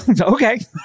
okay